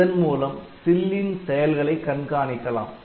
இதன் மூலம் சில்லின் செயல்களை கண்காணிக்கலாம்